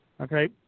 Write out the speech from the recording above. okay